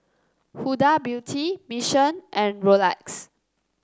Huda Beauty Mission and Rolex